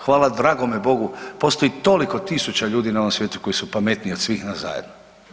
Hvala dragome Bogu postoji toliko tisuća ljudi na ovom svijetu koji su pametniji od svih nas zajedno.